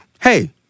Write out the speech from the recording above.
hey